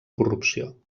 corrupció